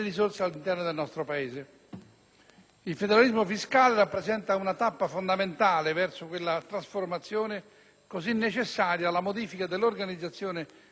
Il federalismo fiscale rappresenta una tappa fondamentale verso quella trasformazione così necessaria alla modifica dell'organizzazione dell'amministrazione centrale dello Stato.